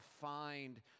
find